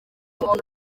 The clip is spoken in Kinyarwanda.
umuntu